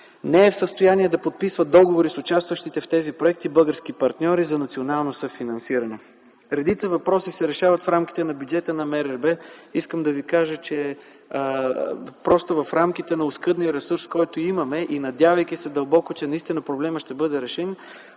не е в състояние да подписва договори с участващите в тези проекти български партньори за национално съфинансиране. Редица въпроси се решават в рамките на бюджета на МРРБ. Искам да Ви кажа, че в рамките на оскъдния ресурс, който имаме и надявайки се дълбоко, че наистина проблемът ще бъде решим,